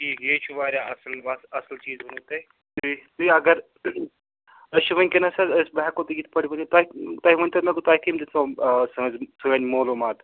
ٹھیٖک یے چھُ واریاہ اَصٕل بس اَصٕل چیٖز ووٚنوٕ تۅہہِ تُہۍ اگر أسۍ چھِ وُنکٮ۪نس حظ أسۍ بہٕ ہٮ۪کہو تۅہہِ یِتھٕ پٲٹھۍ ؤنِتھ تۅہہِ تُہۍ ؤنۍتو مےٚ تۄہہِ کٔمۍ دِژیو اَز سٲنۍ سٲنۍ معلوٗمات